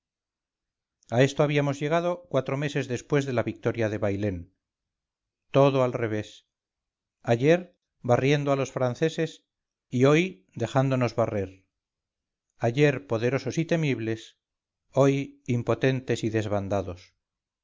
a esto habíamos llegado cuatro meses después de la victoria de bailén todo al revés ayer barriendo a los franceses y hoy dejándonos barrer ayer poderosos y temibles hoy impotentes y desbandados